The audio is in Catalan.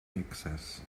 texas